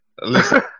Listen